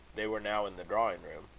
they were now in the drawing-room.